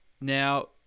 now